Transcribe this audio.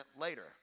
later